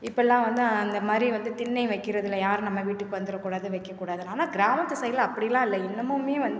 இப்போல்லாம் வந்து அந்த மாதிரி வந்து திண்ணை வைக்கறதில்ல யாரும் நம்ம வீட்டுக்கு வந்துட கூடாது வைக்கக்கூடாதுனால கிராமத்து சைட்ல அப்படிலாம் இல்லை இன்னமுமே வந்து